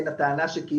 מבוססת.